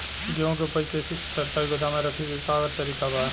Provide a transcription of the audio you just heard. गेहूँ के ऊपज के सरकारी गोदाम मे रखे के का तरीका बा?